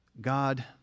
God